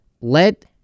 let